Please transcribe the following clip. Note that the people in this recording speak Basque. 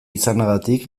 izanagatik